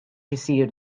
isir